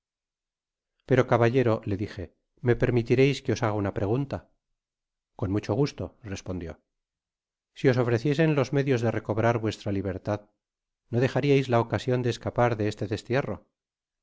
pero caballero le dije me permitireis que os haga una pregunta con mucho gusto respondió si os ofreciesen los medios de recobrar vuestra libertad no dejariais la ocasion de escapar de este destierro